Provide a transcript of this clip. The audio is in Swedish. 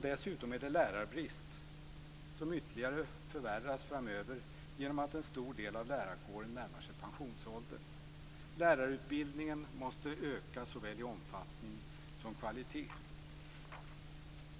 Dessutom är det lärarbrist som ytterligare förvärras framöver genom att en stor del av lärarkåren närmar sig pensionsåldern. Lärarutbildningen måste öka såväl i omfattning som i kvalitet.